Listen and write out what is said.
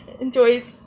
enjoys